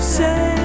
say